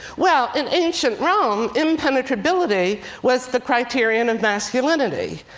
well, in ancient rome, impenetrability was the criterion of masculinity.